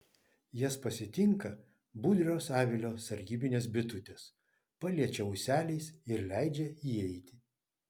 jas pasitinka budrius avilio sargybinės bitutės pakeičia ūseliais ir leidžia įeiti